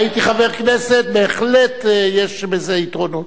הייתי חבר כנסת, בהחלט יש בזה יתרונות,